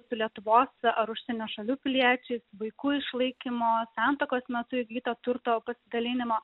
su lietuvos ar užsienio šalių piliečiais vaikų išlaikymo santuokos metu įgyto turto pasidalinimo